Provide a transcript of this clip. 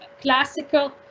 classical